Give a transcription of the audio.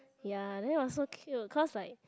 ya then it was so cute cause like